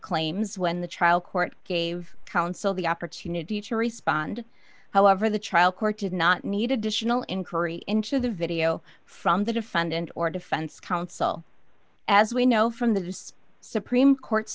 claims when the trial court gave counsel the opportunity to respond however the trial court did not need additional inquiry into the video from the defendant or defense counsel as we know from the supreme court's